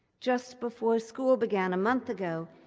just before school began a month ago,